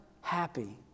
happy